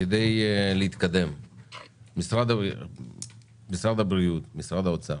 משרד הבריאות ומשרד האוצר,